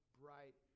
bright